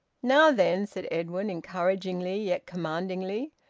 now then! said edwin encouragingly, yet commandingly.